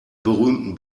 berühmten